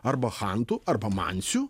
arba chantų arba mansių